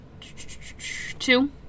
Two